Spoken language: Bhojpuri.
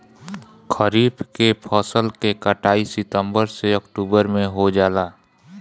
खरीफ के फसल के कटाई सितंबर से ओक्टुबर में हो जाला